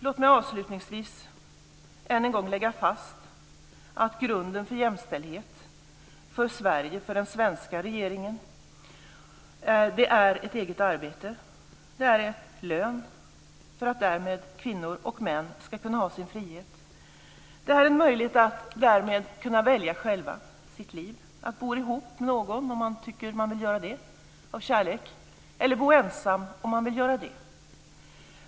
Låt mig avslutningsvis än en gång lägga fast: Grunden för jämställdhet i Sverige för den svenska regeringen är ett eget arbete och en egen lön för att kvinnor och män ska kunna ha sin frihet. Det ger en möjlighet att därmed själv kunna välja sitt liv. Man kan bo ihop med någon om man tycker att man vill göra det av kärlek eller bo ensam om man vill göra det.